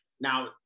now